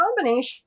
combination